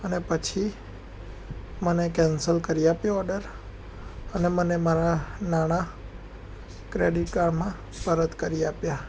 અને પછી મને કેન્સલ કરી આપ્યો ઓર્ડર અને મને મારા નાણાં ક્રેડિટ કાર્ડમાં પરત કરી આપ્યા